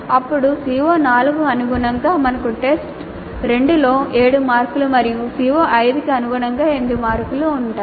అప్పుడు CO4 కు అనుగుణంగా మనకు టెస్ట్ 2 లో 7 మార్కులు మరియు CO5 కి అనుగుణంగా 8 మార్కులు ఉన్నాయి